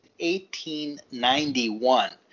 1891